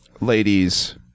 Ladies